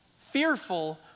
fearful